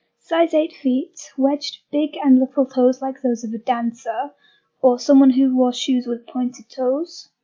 size eight feet, wedged big and little toes like those of a dancer or someone who wore shoes with pointed toes,